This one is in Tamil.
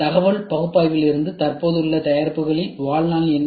தகவல் பகுப்பாய்விலிருந்து தற்போதுள்ள தயாரிப்புகளில் வாழ்நாள் என்ன